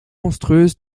monstrueuse